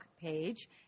page